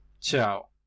Ciao